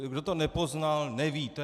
Kdo to nepoznal, neví.